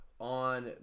on